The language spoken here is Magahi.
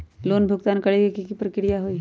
लोन भुगतान करे के की की प्रक्रिया होई?